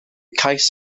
cais